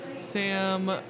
Sam